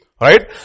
right